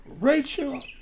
Rachel